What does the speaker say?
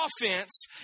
offense